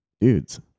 dudes